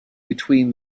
between